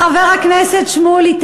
חבר הכנסת שמולי,